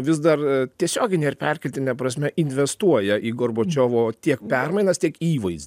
vis dar tiesiogine ir perkeltine prasme investuoja į gorbačiovo tiek permainas tiek įvaiz